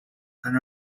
can